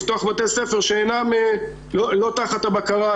לפתוח בתי ספר שהם לא תחת בקרה,